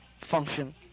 function